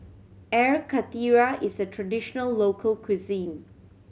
Air Karthira is a traditional local cuisine